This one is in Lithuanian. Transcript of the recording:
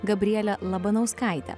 gabriele labanauskaite